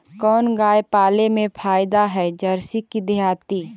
कोन गाय पाले मे फायदा है जरसी कि देहाती?